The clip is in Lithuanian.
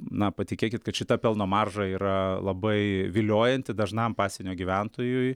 na patikėkit kad šita pelno marža yra labai viliojanti dažnam pasienio gyventojui